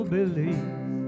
believe